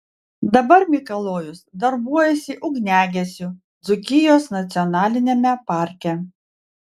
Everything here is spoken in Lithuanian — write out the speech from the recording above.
dabar mikalojus darbuojasi ugniagesiu dzūkijos nacionaliniame parke